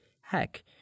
heck